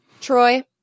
Troy